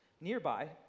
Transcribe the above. Nearby